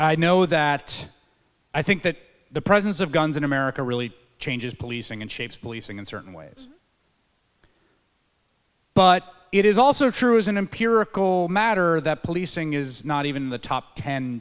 i know that i think that the presence of guns in america really changes policing and shapes policing in certain ways but it is also true is an empirical matter that policing is not even in the top ten